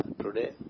today